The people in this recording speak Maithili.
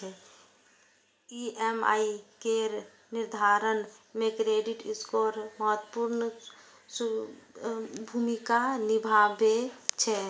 ई.एम.आई केर निर्धारण मे क्रेडिट स्कोर महत्वपूर्ण भूमिका निभाबै छै